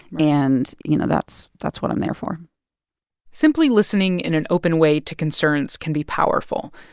and, you know, that's that's what i'm there for simply listening in an open way to concerns can be powerful.